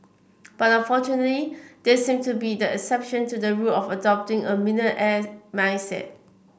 but unfortunately these seem to be the exception to the rule of adopting a millionaire mindset